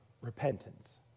repentance